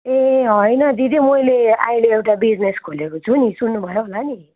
ए होइन दिदी मैले अहिले एउटा बिजनेस खोलेको छु नि सुन्नुभयो होला नि